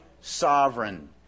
sovereign